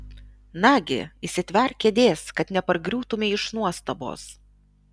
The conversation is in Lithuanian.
nagi įsitverk kėdės kad nepargriūtumei iš nuostabos